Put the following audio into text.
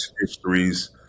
histories